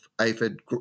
aphid